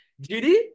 Judy